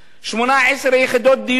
18 יחידות דיור